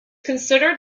considered